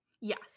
Yes